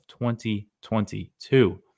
2022